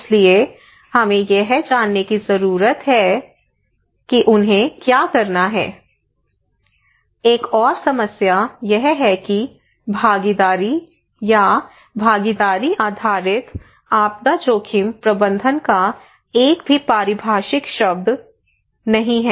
इसलिए हमें यह जानने की जरूरत है कि उन्हें क्या करना है एक और समस्या यह है कि भागीदारी या भागीदारी आधारित आपदा जोखिम प्रबंधन का एक भी पारिभाषिक शब्द नहीं है